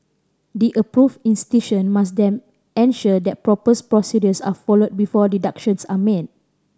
the approved institution must then ensure that proper procedures are followed before deductions are made